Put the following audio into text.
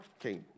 Okay